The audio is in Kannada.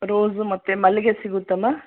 ರೋಝು ಮತ್ತು ಮಲ್ಲಿಗೆ ಸಿಗುತ್ತಮ್ಮ